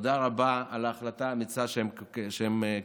תודה רבה על ההחלטה האמיצה שהם קיבלו.